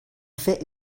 fer